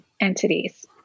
entities